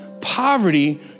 poverty